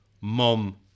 Mom